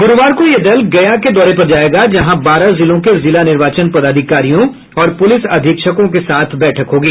गुरूवार को यह दल गया के दौरे पर जायेगा जहां बारह जिलों के जिला निर्वाचन पदाधिकारियों और पुलिस अधीक्षकों के साथ बैठक होगी